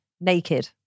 naked